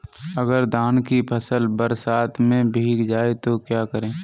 अगर धान की फसल बरसात में भीग जाए तो क्या करें?